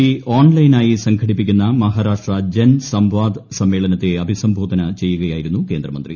P ഓൺലൈനായി ്സംഘടിപ്പിക്കുന്ന മഹാരാഷ്ട്ര ജൻ സമ്പാദ് സമ്മേളനത്തെ അഭിസംബോധന ചെയ്യുകയായിരുന്നു കേന്ദ്രമന്ത്രി